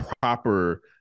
proper